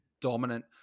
dominant